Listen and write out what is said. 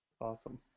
Awesome